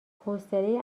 حوصله